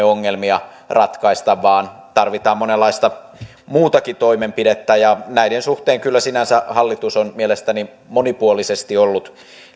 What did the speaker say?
ongelmia ratkaista vaan tarvitaan monenlaista muutakin toimenpidettä ja näiden suhteen kyllä sinänsä hallitus on mielestäni monipuolisesti ollut